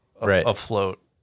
afloat